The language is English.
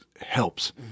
helps